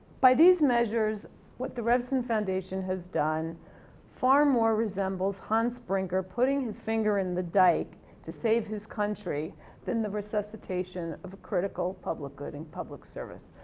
by these measures what the revson foundation has done far more resembles hans brinker putting his finger in the dike to save his country than the resuscitation of a critical public good and public service.